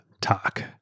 talk